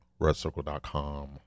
redcircle.com